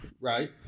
right